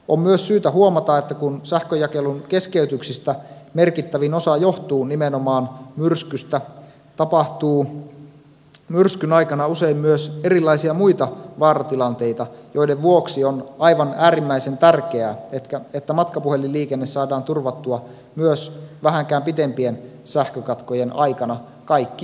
on myös syytä huomata että kun sähkönjakelun keskeytyksistä merkittävin osa johtuu nimenomaan myrskystä tapahtuu myrskyn aikana usein myös erilaisia muita vaaratilanteita joiden vuoksi on aivan äärimmäisen tärkeää että matkapuhelinliikenne saadaan turvattua myös vähänkään pitempien sähkökatkojen aikana kaikkialla maassa